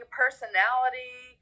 personality